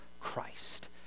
Christ